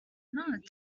nod